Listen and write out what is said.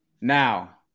Now